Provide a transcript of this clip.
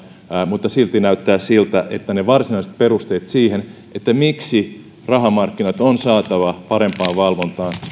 mutta silti näyttää siltä että ne varsinaiset perusteet siihen miksi rahamarkkinat on saatava parempaan valvontaan